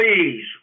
Please